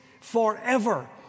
forever